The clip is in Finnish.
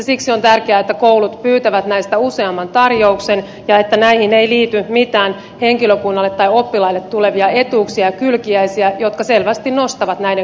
siksi on tärkeää että koulut pyytävät näistä useamman tarjouksen ja että näihin ei liity mitään henkilökunnalle tai oppilaille tulevia etuuksia kylkiäisiä jotka selvästi nostavat näiden